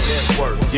Network